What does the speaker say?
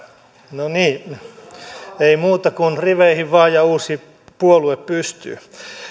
no niin ei muuta kuin riveihin vaan ja uusi puolue pystyyn